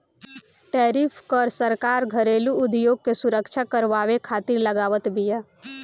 tariff कर सरकार घरेलू उद्योग के सुरक्षा करवावे खातिर लगावत बिया